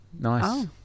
Nice